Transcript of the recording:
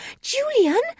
Julian